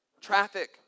traffic